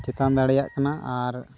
ᱪᱮᱛᱟᱱ ᱫᱟᱲᱮᱭᱟᱜ ᱠᱟᱱᱟ ᱟᱨ